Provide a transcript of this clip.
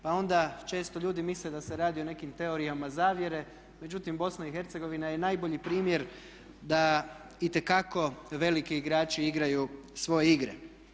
Pa onda često ljudi misle da se radi o nekim teorijama zavjere, međutim BiH je najbolji primjer da itekako veliki igrači igraju svoje igre.